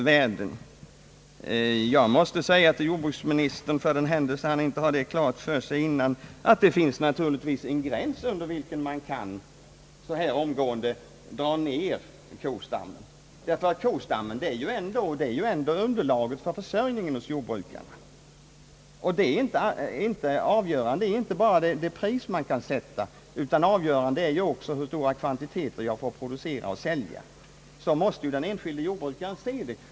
För den händelse jordbruksministern inte redan har det klart för sig måste jag säga till honom att det naturligtvis finns en gräns under vilken man inte kan så här snabbt minska kostammen. Denna är ju ändå underlaget för jordbrukarnas försörjning. Det avgörande är inte bara det pris man kan teoretiskt få per liter, utan avgörande är också hur stora kvantiteter man får producera och sälja. Så måste den enskilde jordbrukaren se det.